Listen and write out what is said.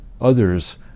others